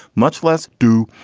much less do,